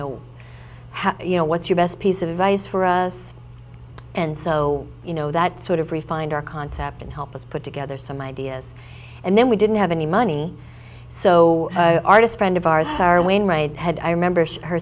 know how you know what's your best piece of advice for us and so you know that sort of refined our concept and help us put together some ideas and then we didn't have any money so artist friend of ours our wainwright had i remember her